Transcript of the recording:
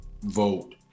vote